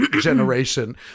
generation